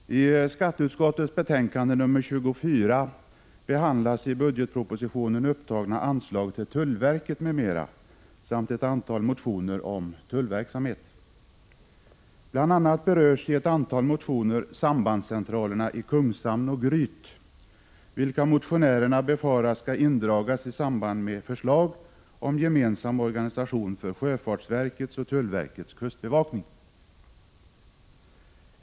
Herr talman! I skatteutskottets betänkande nr 24 behandlas i budgetpro AS positionen upptagna anslag till tullverket m.m. samt ett antal motioner om tullverksamhet. Bl. a. berörs i ett antal motioner sambandscentralerna i Kungshamn och Gryt, vilka motionärerna befarar skall dras in i samband med förslag om gemensam organisation för sjöfartsverkets och tullverkets kustbevakning.